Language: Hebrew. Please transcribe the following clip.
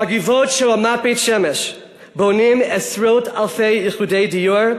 בגבעות של רמת בית-שמש בונים עשרות אלפי יחידות דיור,